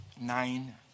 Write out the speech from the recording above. nine